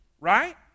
Right